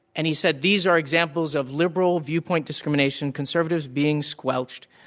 and he said, these are ex amples of liberal viewpoint discrimination, conservatives being squelched.